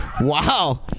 Wow